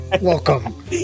Welcome